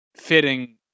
fitting